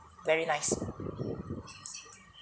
very nice